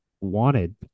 wanted